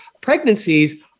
pregnancies